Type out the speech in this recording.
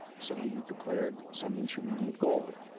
so, you declared some intermediate goal.